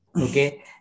Okay